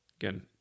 Again